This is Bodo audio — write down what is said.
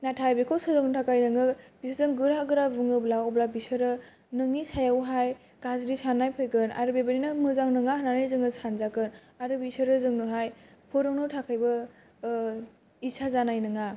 नाथाय बिखौ सोलोंनो थाखाय नोङो जों गोरा गोरा बुङोब्ला अब्ला बिसोरो नोंनि सायाव हाय गाज्रि साननाय फैगोन आरो बेबादिनो मोजां नङा होननानै जोङो सानजागोन आरो बिसोरो जोंनो हाय फोरोंनो थाखायबो इसा जानाय नङा